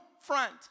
front